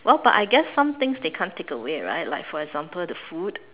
well but I guess some things they can't take away right like for example the food